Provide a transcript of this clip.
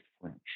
French